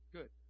Good